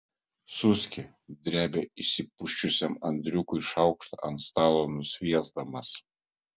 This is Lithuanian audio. suski drebia išsipusčiusiam andriukui šaukštą ant stalo nusviesdamas